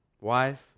wife